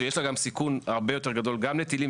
שיש לה גם סיכון הרבה יותר גדול גם לטילים